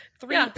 Three